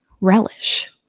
Relish